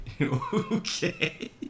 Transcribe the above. Okay